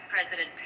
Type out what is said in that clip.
President